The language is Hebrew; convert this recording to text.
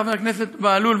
חבר הכנסת בהלול,